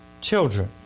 children